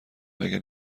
مگر